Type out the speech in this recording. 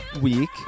week